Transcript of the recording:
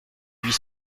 huit